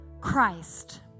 Christ